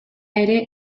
ere